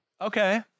Okay